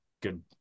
good